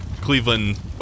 Cleveland